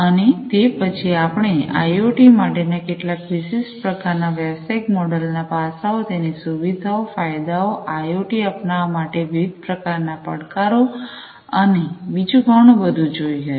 અને તે પછી આપણે આઇઓટી માટેના કેટલાક વિશિષ્ટ પ્રકાર ના વ્યવસાયિક મોડેલના પાસાઓ તેની સુવિધાઓ ફાયદાઓ આઇઓટી અપનાવા માટે વિવિધ પ્રકાર ના પડકારો અને બીજું ઘણું બધુ જોઈ ગયા